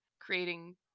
creating